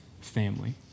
family